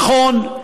נכון,